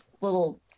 little